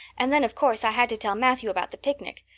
and then, of course, i had to tell matthew about the picnic.